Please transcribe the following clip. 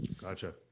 Gotcha